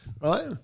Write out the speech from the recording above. Right